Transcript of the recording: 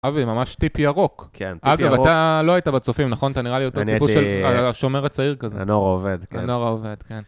אבי ממש טיפ ירוק. כן, טיפ ירוק. אגב, אתה לא היית בצופים, נכון? אתה נראה לי יותר טיפוס של השומר הצעיר כזה. הנוער העובד, כן. הנוער העובד, כן.